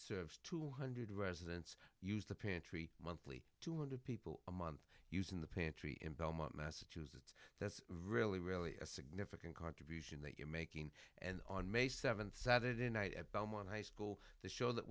serves two hundred residents use the pantry monthly two hundred people a month used in the pantry in belmont massachusetts that's really really a significant contribution that you're making and on may seventh saturday night at belmont high school the show that